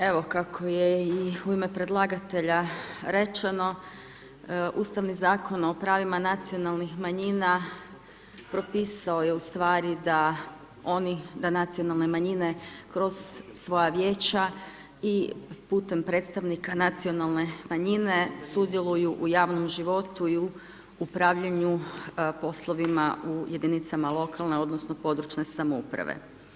Evo kako je i u ime predlagatelja rečeno, ustavni Zakon o pravima nacionalnih manjina propisao je ustvari da nacionalne manjine kroz svoja vijeća i putem predstavnika nacionalne manjine, sudjeluju u javnom životu i u upravljanju poslovima u jedinicama lokalne odnosno područne samouprave.